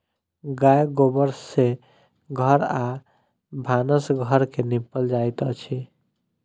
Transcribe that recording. गाय गोबर सँ घर आ भानस घर के निपल जाइत अछि